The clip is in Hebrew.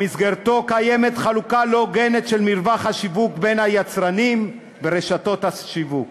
שקיימת בו חלוקה לא הוגנת של מרווח השיווק בין היצרנים ורשתות השיווק.